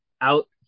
out